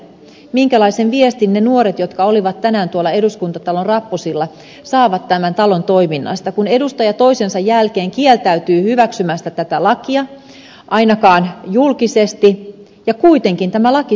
minkälaisen viestin ne nuoret jotka olivat tänään tuolla eduskuntatalon rappusilla saavat tämän talon toiminnasta kun edustaja toisensa jälkeen kieltäytyy hyväksymästä tätä lakia ainakaan julkisesti ja kuitenkin tämä laki säädetään